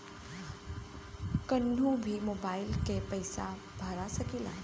कन्हू भी मोबाइल के पैसा भरा सकीला?